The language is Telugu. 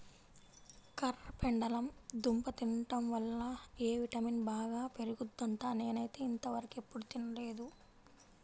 కర్రపెండలం దుంప తింటం వల్ల ఎ విటమిన్ బాగా పెరుగుద్దంట, నేనైతే ఇంతవరకెప్పుడు తినలేదు